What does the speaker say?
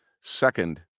second